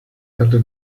hatte